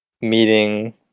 meeting